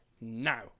now